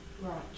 Right